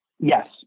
Yes